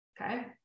Okay